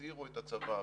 ותצעירו את הצבא.